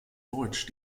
deutsch